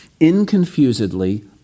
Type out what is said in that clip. inconfusedly